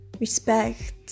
respect